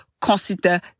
consider